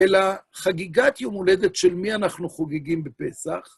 אלא חגיגת יום הולדת של מי אנחנו חוגגים בפסח.